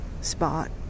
spot